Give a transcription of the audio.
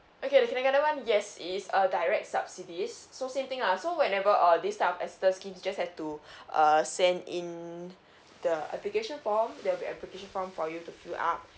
okay the kindergarten [one] yes it is a direct subsidies so same thing lah so whenever err this type of assistance scheme you just have to err send in the application form there'll be application form for you to fill up